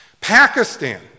Pakistan